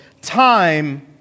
time